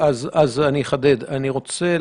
מדובר בהסמכת שירות הביטחון הכללי של מדינת ישראל